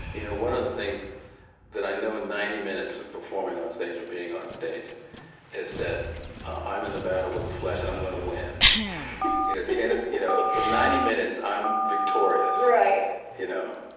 you know one of the things that i know in ninety minutes of performing on stage or being on stage is that i'm in the battle with the flesh and i'm going to win. you know at the end of you know for ninety minutes i'm victorious right you know,